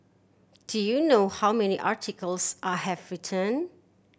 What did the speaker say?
do you know how many articles I have written